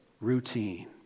routine